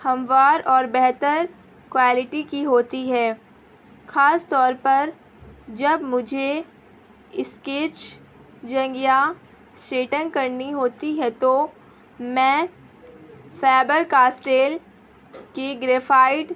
ہموار اور بہتر کوالٹی کی ہوتی ہے خاص طور پر جب مجھے اسکیچ جنگ یا شیٹن کرنی ہوتی ہے تو میں فیبر کاسٹیل کی گریفائڈ